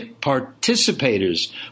participators